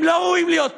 הם לא ראויים להיות פה.